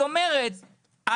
היא אומרת,